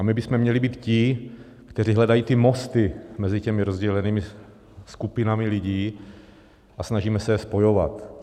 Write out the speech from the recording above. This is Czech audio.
A my bychom měli být ti, kteří hledají ty mosty mezi těmi rozdělenými skupinami lidí a snažíme se je spojovat.